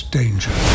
danger